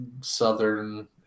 Southern